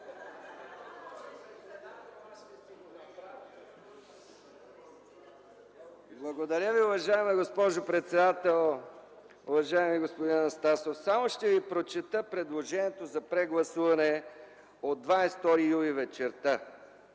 Благодаря Ви, госпожо председател. Уважаеми господин Анастасов, само ще Ви прочета предложението за прегласуване от 22 юли вечерта: